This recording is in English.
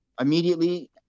immediately